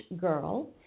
Girl